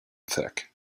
thick